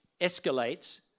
escalates